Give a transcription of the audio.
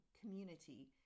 community